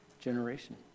generation